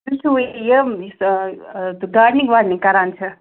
تُہی چھُوا یِم یُس گاڈنِنٛگ واڈنِنٛگ کران چھِ